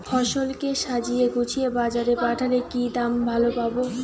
ফসল কে সাজিয়ে গুছিয়ে বাজারে পাঠালে কি দাম ভালো পাব?